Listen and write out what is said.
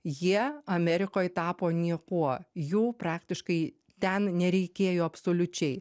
jie amerikoj tapo niekuo jų praktiškai ten nereikėjo absoliučiai